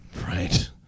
Right